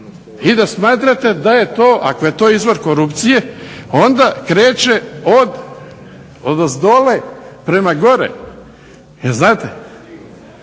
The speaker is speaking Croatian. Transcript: i da smatrate da je to ako je to izvor korupcije onda kreće odozdo prema gore, znate.